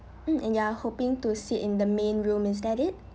mm and you're hoping to sit in the main room is that it